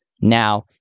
Now